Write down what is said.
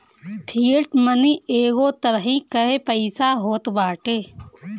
fiat money एगो तरही कअ पईसा होत बाटे